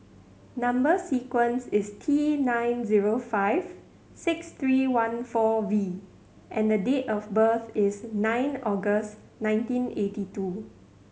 number sequence is T nine zero five six three one four V and date of birth is nine August nineteen eighty two